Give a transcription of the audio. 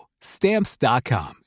Stamps.com